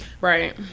Right